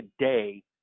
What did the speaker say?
today